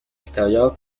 extérieur